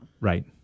Right